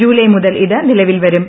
July മുതൽ ഇത് നിലവിൽ വരും